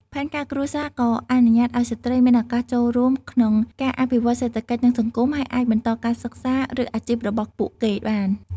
ផែនការគ្រួសារក៏អនុញ្ញាតឲ្យស្ត្រីមានឱកាសចូលរួមក្នុងការអភិវឌ្ឍសេដ្ឋកិច្ច និងសង្គម ហើយអាចបន្តការសិក្សា ឬអាជីពរបស់ពួកគេបាន។